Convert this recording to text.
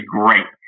great